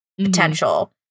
potential